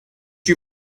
you